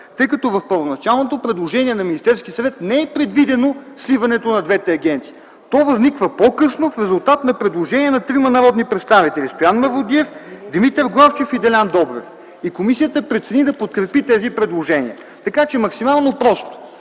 тъй като в първоначалното предложение на Министерския съвет не е предвидено сливането на двете агенции. То възниква по-късно, в резултат на предложение на трима народни представители – Стоян Мавродиев, Димитър Главчев и Делян Добрев. Комисията прецени да подкрепи тези предложения, така че е максимално просто